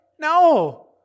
no